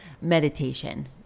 meditation